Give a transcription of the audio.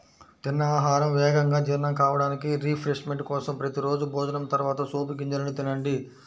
తిన్న ఆహారం వేగంగా జీర్ణం కావడానికి, రిఫ్రెష్మెంట్ కోసం ప్రతి రోజూ భోజనం తర్వాత సోపు గింజలను తినండి